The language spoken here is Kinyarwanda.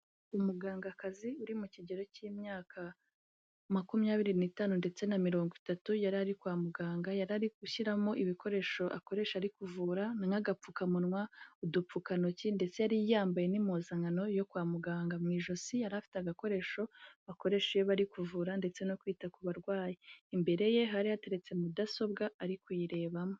Umugangakazi uri mu kigero cy'imyaka makumyabiri n'itanu ndetse na mirongo itatu yari ari kwa muganga, yari ari gushyiramo ibikoresho akoresha ari kuvura nk'agapfukamunwa, udupfukantoki ndetse yari yambaye n'impuzankano yo kwa muganga, mu ijosi yari afite agakoresho bakoresha iyo bari kuvura ndetse no kwita ku barwayi. Imbere ye hari hateretse mudasobwa ari kuyirebamo.